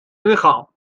میخوام